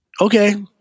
Okay